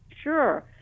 Sure